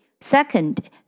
Second